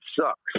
sucks